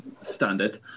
standard